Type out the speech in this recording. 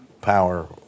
power